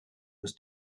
was